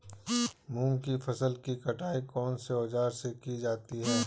मूंग की फसल की कटाई कौनसे औज़ार से की जाती है?